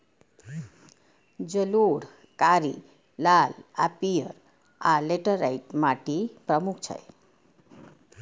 जलोढ़, कारी, लाल आ पीयर, आ लेटराइट माटि प्रमुख छै